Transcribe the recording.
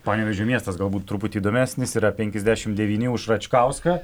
panevėžio miestas galbūt truputį įdomesnis yra penkiasdešimt devyni už račkauską